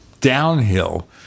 downhill